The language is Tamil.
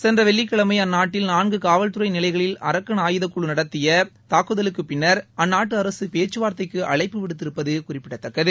சென்ற வெள்ளிக்கிழமை அந்நாட்டில் நான்கு காவல்துறை நிலைகளில் அரக்கன் ஆயுதக்குழு நடத்திய தூக்குதலுக்குப் பின்னா் அந்நாட்டு அரசு பேச்சுவார்தைக்கு அழைப்பு விடுத்திருப்பது குறிப்பிடத்தக்கது